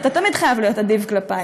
אתה תמיד חייב להיות אדיב כלפי.